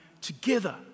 together